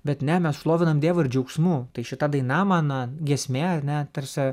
bet ne mes šlovinam dievą ir džiaugsmu tai šita daina man giesmė ar ne tarsi